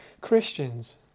Christians